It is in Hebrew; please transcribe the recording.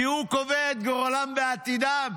כי הוא קובע את גורלם ועתידם,